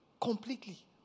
Completely